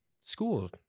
school